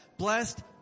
Blessed